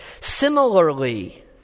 Similarly